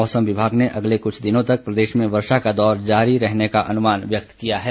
मौसम विभाग ने अगले कुछ दिनों तक प्रदेश में वर्षा का दौर जारी रहने का अनुमान व्यक्त किया है